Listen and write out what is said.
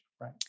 right